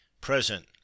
Present